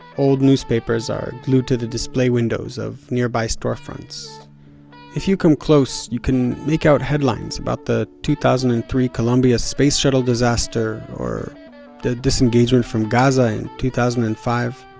old newspapers are glued to the display windows of nearby storefronts if you come close, you can make out headlines about the two thousand and three columbia space shuttle disaster or the disengagement from gaza in two thousand and five.